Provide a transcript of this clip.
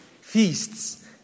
feasts